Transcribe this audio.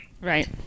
Right